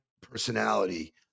personality